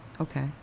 Okay